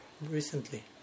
recently